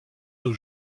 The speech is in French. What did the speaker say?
nos